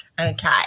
Okay